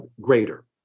Greater